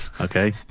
okay